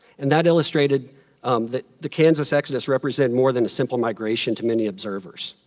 and that illustrated that the kansas exodus represented more than a simple migration to many observers.